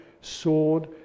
sword